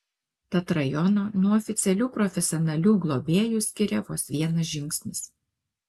tad rajoną nuo oficialių profesionalių globėjų skiria vos vienas žingsnis